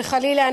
וחלילה,